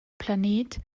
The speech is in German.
planet